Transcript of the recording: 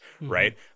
right